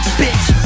bitch